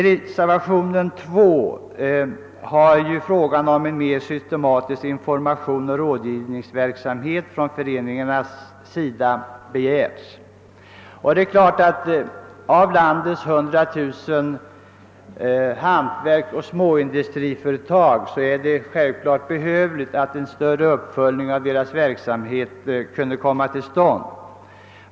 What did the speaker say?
I reservationen 2 har frågan om en mer systematisk informationsoch rådgivningsverksamhet från föreningarnas sida berörts. Eftersom landet har 100 000 hantverksoch småindustriföretag, vore det bra om en större uppföljning av deras rörelser kunde komma till stånd.